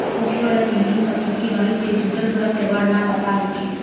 होखे वाला पीढ़ी के त खेती बारी से जुटल परब त्योहार त पते नएखे